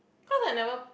cause I never